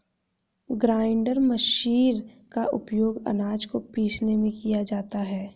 grinder machine का उपयोग आनाज को पीसने में किया जाता है